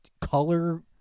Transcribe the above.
color